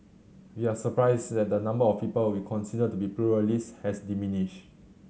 we are surprised that the number of people we consider to be pluralist has diminished